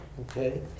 Okay